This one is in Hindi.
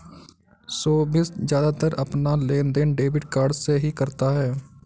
सोभित ज्यादातर अपना लेनदेन डेबिट कार्ड से ही करता है